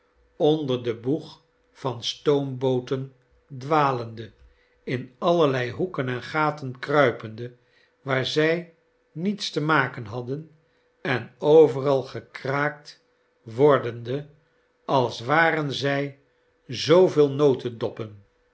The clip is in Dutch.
onder den boeg van stoombooten dwalende in allerlei hoeken en gaten kruipende waar zij niets te maken hadden en overal gekraakt wordende als waren zij zooveel